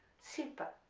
super,